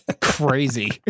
crazy